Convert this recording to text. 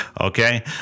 Okay